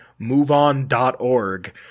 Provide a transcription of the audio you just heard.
moveon.org